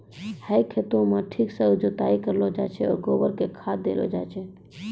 है खेतों म ठीक सॅ जुताई करलो जाय छै, गोबर कॅ खाद देलो जाय छै